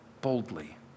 boldly